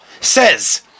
says